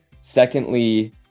Secondly